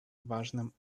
важным